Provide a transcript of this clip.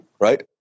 right